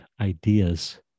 ideas